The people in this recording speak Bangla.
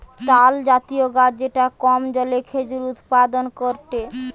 তালজাতীয় গাছ যেটা কম জলে খেজুর উৎপাদন করেটে